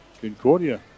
Concordia